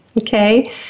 okay